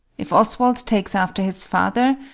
if oswald takes after his father,